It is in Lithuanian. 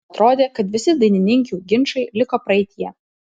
atrodė kad visi dainininkių ginčai liko praeityje